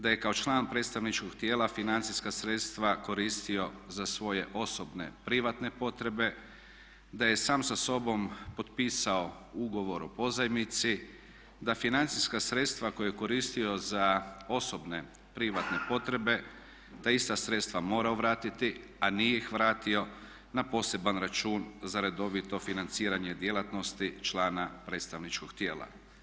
Da je kao član predstavničkog tijela financijska sredstva koristio za svoje osobne privatne potrebe, da je sam sa sobom potpisao ugovor o pozajmici, da financijska sredstva koja je koristio za osobne privatne potrebe ta ista sredstva je morao vratiti a nije ih vratio na poseban račun za redovito financiranje djelatnosti člana predstavničkog tijela.